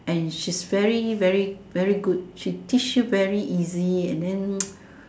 and she's very very very good she teach you very easy and then